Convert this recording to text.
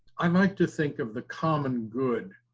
i'd like to think of the common good,